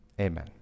Amen